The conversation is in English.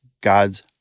God's